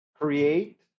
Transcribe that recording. create